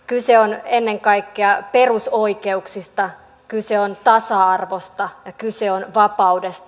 kyse on ennen kaikkea perusoikeuksista kyse on tasa arvosta ja kyse on vapaudesta